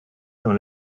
dans